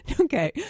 Okay